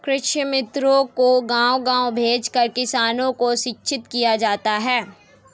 कृषि मित्रों को गाँव गाँव भेजकर किसानों को शिक्षित किया जाता है